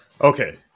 Okay